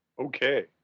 Okay